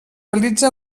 realitza